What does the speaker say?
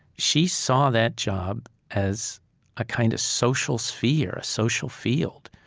she saw that job as a kind of social sphere, a social field.